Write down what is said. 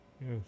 Yes